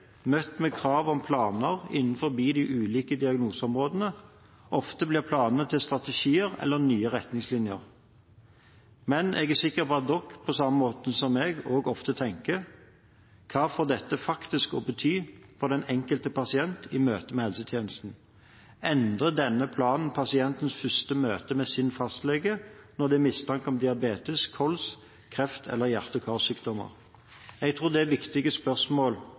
møtt med krav om planer innenfor de ulike diagnoseområdene, og ofte blir planer til strategier eller nye retningslinjer. Men jeg er sikker på at dere også ofte som meg tenker: Hva får dette faktisk å bety for den enkelte pasient i møte med helsetjenesten? Endrer denne planen pasientens første møte med sin fastlege når det er mistanke om diabetes, kols, kreft eller hjerte- og karsykdommer? Jeg tror dette er viktige spørsmål